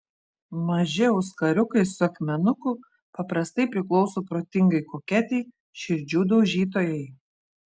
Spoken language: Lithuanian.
maži auskariukai su akmenuku paprastai priklauso protingai koketei širdžių daužytojai